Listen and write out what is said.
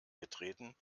getreten